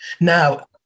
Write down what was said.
now